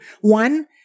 One